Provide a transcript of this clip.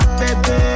baby